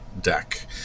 deck